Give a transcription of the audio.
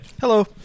Hello